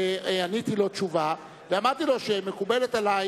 עניתי לו תשובה ואמרתי לו שמקובלת עלי